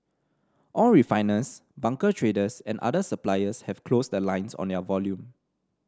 all refiners bunker traders and other suppliers have closed the lines on their volume